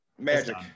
Magic